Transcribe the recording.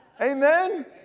Amen